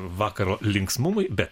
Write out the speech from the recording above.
vakaro linksmumui bet